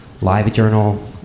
LiveJournal